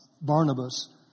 Barnabas